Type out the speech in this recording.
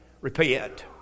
Repent